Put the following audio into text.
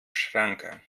schranke